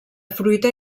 fruita